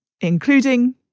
including